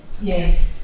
Yes